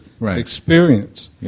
experience